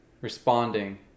responding